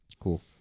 cool